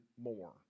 more